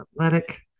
athletic